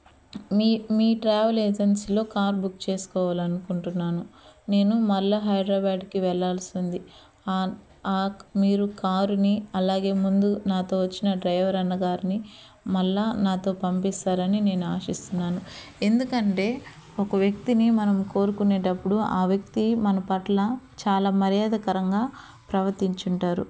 మీ మీ ట్రావెల్ ఏజెన్సీలో car book చేసుకోవాలి అనుకుంటున్నాను నేను మళ్ళీ హైదరాబాద్కి వెళ్ళాలసి ఉంది ఆ మీరు కారుని అలాగే ముందు నాతో వచ్చిన డ్రైవర్ అన్న గారిని మళ్ళీ నాతో పంపిస్తారని నేను ఆశిస్తున్నాను ఎందుకంటే ఒక వ్యక్తిని మనం కోరుకునేటప్పుడు ఆ వ్యక్తి మన పట్ల చాలా మర్యాదకరంగా ప్రవర్తించుంటారు